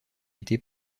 été